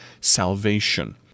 salvation